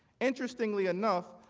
interestingly enough,